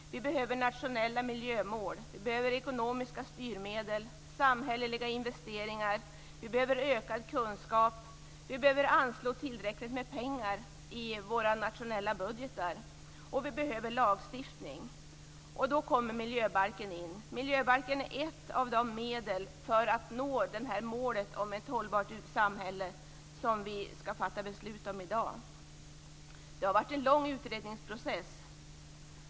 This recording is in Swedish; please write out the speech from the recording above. Vi behöver nationella miljömål. Vi behöver ekonomiska styrmedel och samhälleliga investeringar. Vi behöver ökad kunskap, och vi behöver anslå tillräckligt med pengar i våra nationella budgetar. Vi behöver lagstiftning. Där kommer miljöbalken in. Miljöbalken är ett av de medel för att nå målet om ett hållbart samhälle som vi skall fatta beslut om i dag. Det har varit en lång utredningsprocess.